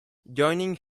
joining